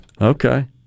Okay